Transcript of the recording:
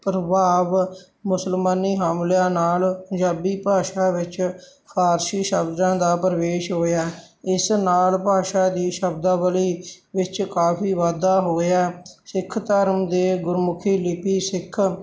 ਪ੍ਰਭਾਵ ਮੁਸਲਮਾਨੀ ਹਮਲਿਆਂ ਨਾਲ ਪੰਜਾਬੀ ਭਾਸ਼ਾ ਵਿੱਚ ਫਾਰਸੀ ਸ਼ਬਦਾਂ ਦਾ ਪ੍ਰਵੇਸ਼ ਹੋਇਆ ਇਸ ਨਾਲ ਭਾਸ਼ਾ ਦੀ ਸ਼ਬਦਾਵਲੀ ਵਿੱਚ ਕਾਫੀ ਵਾਧਾ ਹੋਇਆ ਸਿੱਖ ਧਰਮ ਦੇ ਗੁਰਮੁਖੀ ਲਿਪੀ ਸਿੱਖ